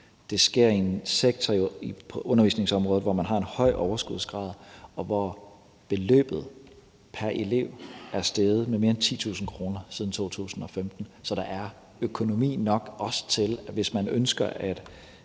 Det sker i en sektor på undervisningsområdet, hvor man har en høj overskudsgrad, og hvor beløbet pr. elev er steget med mere end 10.000 kr. siden 2015. Så der er økonomi nok, også til, at hvis man ønsker at